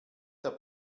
der